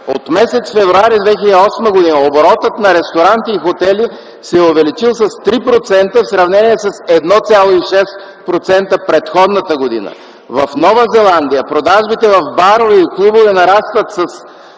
от м. февруари 2008 г. оборотът на ресторанти и хотели се е увеличил с 3% в сравнение с 1,6% от предходната година. В Нова Зеландия продажбите в барове и клубове нарастват с